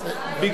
די, די, דני.